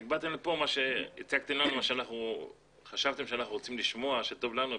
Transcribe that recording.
אבל הצגתם לנו מה שחשבתם שאולי אנחנו רוצים לשמוע מבחינת